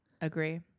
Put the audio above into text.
Agree